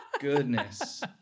goodness